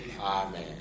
Amen